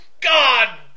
God